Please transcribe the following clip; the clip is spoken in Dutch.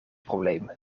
probleem